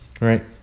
Right